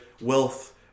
wealth